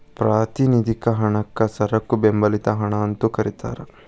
ಪ್ರಾತಿನಿಧಿಕ ಹಣಕ್ಕ ಸರಕು ಬೆಂಬಲಿತ ಹಣ ಅಂತೂ ಕರಿತಾರ